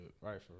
Right